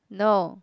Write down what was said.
no